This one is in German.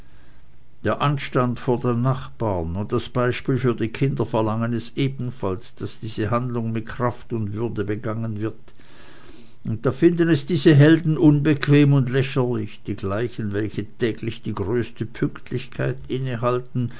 der anstand vor den nachbaren und das beispiel für die kinder verlangen es ebenfalls daß diese handlung mit kraft und würde begangen wird und da finden es diese helden unbequem und lächerlich die gleichen welche täglich die größte pünktlichkeit innehalten